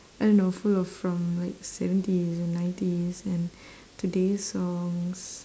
I don't know full of from like seventies and nineties and today's songs